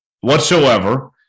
whatsoever